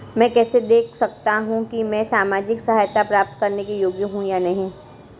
मैं कैसे देख सकता हूं कि मैं सामाजिक सहायता प्राप्त करने योग्य हूं या नहीं?